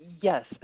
yes